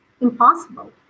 impossible